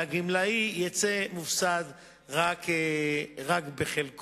והגמלאי יצא מופסד רק בחלקו.